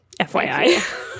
FYI